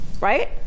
Right